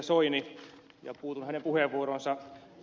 soini ja puutun hänen puheenvuoroonsa